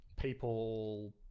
people